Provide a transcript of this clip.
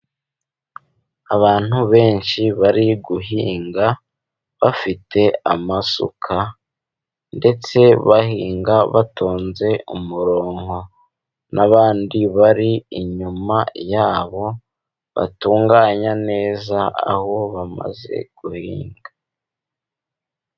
Abantu benshi bari guhinga bafite amasuka, ndetse bahinga batonze umurongo, n'abandi bari inyuma yabo batunganya neza aho bamaze guhinga.